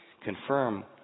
Confirm